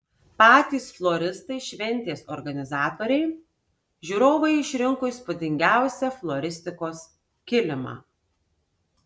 patys floristai šventės organizatoriai žiūrovai išrinko įspūdingiausią floristikos kilimą